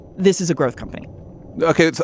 this is a growth company ok.